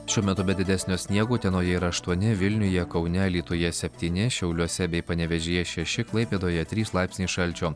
šiuo metu be didesnio sniego utenoje yra aštuoni vilniuje kaune alytuje septyni šiauliuose bei panevėžyje šeši klaipėdoje trys laipsniai šalčio